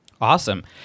Awesome